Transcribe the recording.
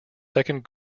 second